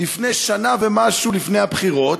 שנה ומשהו לפני הבחירות,